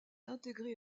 intégré